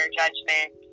judgment